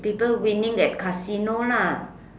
people winning at casino lah